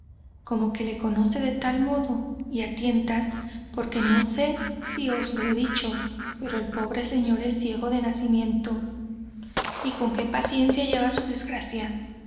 como que le conoce de tal modo que á tientas porque no sé si os lo he dicho pero el pobre señor es ciego de nacimiento y con qué paciencia lleva su desgracia